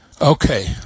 Okay